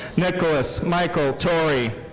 nicholas michael torrey.